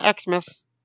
Xmas